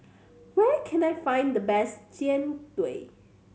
where can I find the best Jian Dui